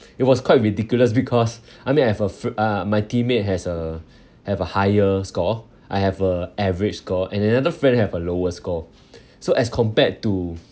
it was quite ridiculous because I mean I've a uh my teammate has a have a higher score I have a average score and another friend have a lowest score so as compared to